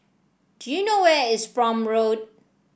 do you know where is Prome Road